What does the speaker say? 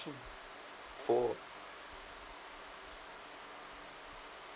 oh